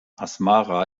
asmara